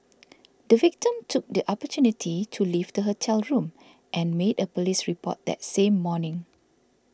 the victim took the opportunity to leave the hotel room and made a police report that same morning